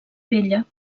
vella